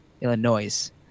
Illinois